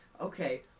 Okay